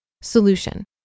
Solution